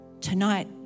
Tonight